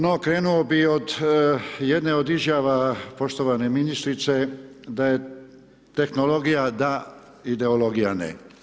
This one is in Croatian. No krenuo bih od jedne od izjava poštovane ministrice da je tehnologija da, ideologija ne.